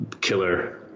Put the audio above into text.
killer